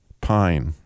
pine